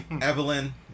Evelyn